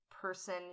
Person